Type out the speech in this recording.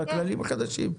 בכללים החדשים.